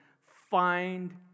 find